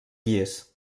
llis